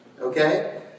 Okay